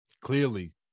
clearly